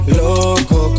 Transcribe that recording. loco